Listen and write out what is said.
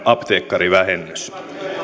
apteekkarivähennys